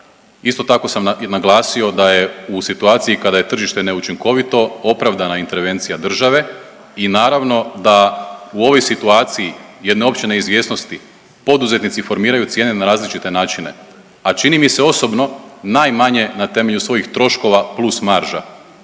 isto tako sam naglasio da je u situaciji kada je tržište neučinkovito opravdana intervencija države i naravno da u ovoj situaciji jedne opće neizvjesnosti poduzetnici formiraju cijene na različite načine, a čini mi se osobno najmanje na temelju svojih troškova plus marža,